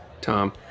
Tom